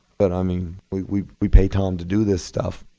but i mean we we pay tom to do this stuff.